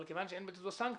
אבל כיוון שאין בצדו סנקציות,